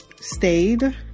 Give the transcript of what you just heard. stayed